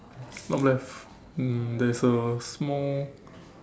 top left um there is a small